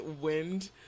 wind